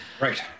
Right